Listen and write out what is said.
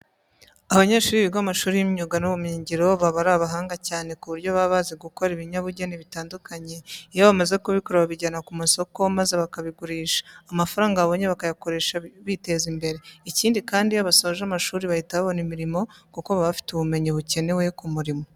Abanyeshuri biga mu mashuri y'imyuga n'ubumenyingiro baba ari abahanga cyane ku buryo baba bazi gukora ibinyabugeni bitandukanye. Iyo bamaze kubikora babijyana ku masoko maza bakabigurisha, amafaranga babonye bakayakoresha biteza imbere. Ikindi kandi, iyo basoje amashuri bahita babona imirimo kuko baba bafite ubumenyi bukenewe ku murimo.